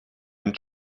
and